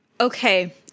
okay